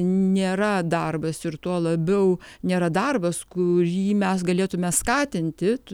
nėra darbas ir tuo labiau nėra darbas kurį mes galėtume skatinti